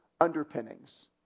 underpinnings